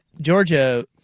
Georgia